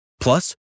Plus